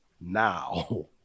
now